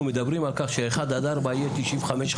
אנחנו מדברים על כך ש-1 עד 4 יהיה 95.5%,